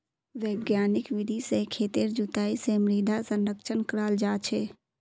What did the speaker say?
वैज्ञानिक विधि से खेतेर जुताई से मृदा संरक्षण कराल जा छे